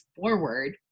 forward